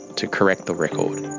to correct the record.